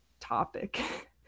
topic